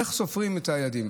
איך סופרים את הילדים?